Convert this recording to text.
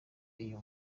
iyo